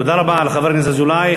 תודה רבה לחבר הכנסת אזולאי.